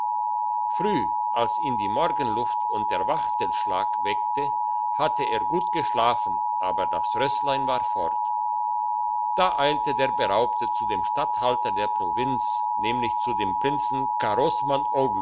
früh als ihn die morgenluft und der wachtelschlag weckte hatte er gut geschlafen aber das rösslein war fort da eilte der beraubte zu dem statthalter der provinz nämlich zu dem prinzen karosman